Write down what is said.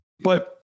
But-